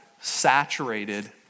saturated